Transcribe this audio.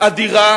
אדירה